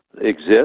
exist